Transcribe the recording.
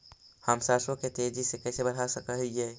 हम सरसों के तेजी से कैसे बढ़ा सक हिय?